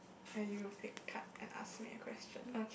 let you pick card and ask me a question